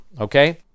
okay